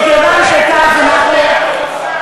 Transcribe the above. מה זה?